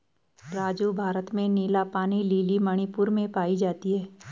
राजू भारत में नीला पानी लिली मणिपुर में पाई जाती हैं